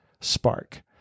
spark